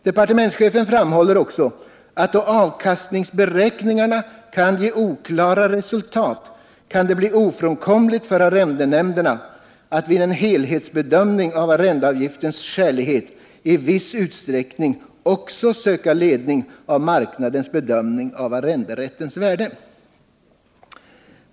Departementschefen framhåller också att då avkastningsberäkningarna kan ge oklara resultat kan det bli ofrånkomligt för arrendenämnderna att vid en helhetsbedömning av arrendeavgiftens skälighet i viss utsträckning också söka ledning av marknadens bedömning av arrenderättens värde.